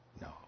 No